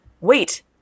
wait